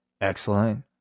excellent